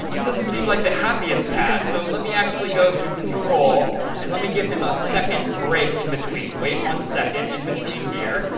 it doesn't seem like the happiest cat. so let me actually go to control and let me give him a second break in between. wait one second in between here.